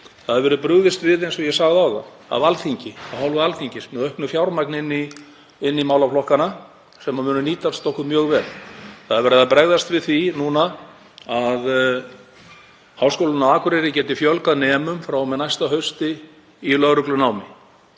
Það hefur verið brugðist við, eins og ég sagði áðan, af hálfu Alþingis með auknu fjármagni inn í málaflokkana sem mun nýtast okkur mjög vel. Það er verið að bregðast við því núna að Háskólinn á Akureyri geti fjölgað nemum frá og með næsta hausti í lögreglunámi.